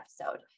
episode